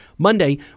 Monday